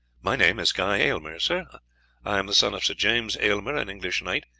my name is guy aylmer, sir i am the son of sir james aylmer, an english knight,